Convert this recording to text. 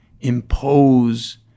impose